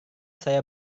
saya